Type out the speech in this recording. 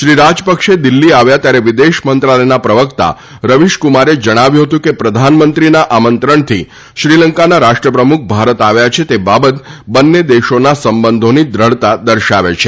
શ્રી રાજપક્ષે દિલ્ફી આવ્યા ત્યારે વિદેશ મંત્રાલયના પ્રવકતા રવિશ કુમારે જણાવ્યું કે પ્રધાનમંત્રીના આમંત્રણથી શ્રીલંકાના રાષ્ટ્રપ્રમુખ ભારત આવ્યા છે તે બાબત બંને દેશોના સંબંધોની દૃઢતા દર્શાવે છે